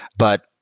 but,